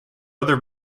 other